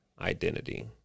identity